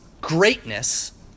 greatness